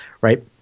right